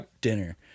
dinner